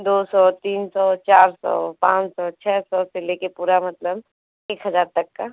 दो सौ तीन सौ चार सौ पाँच सौ छः सौ से लेकर पूरा मतलब एक हज़ार तक का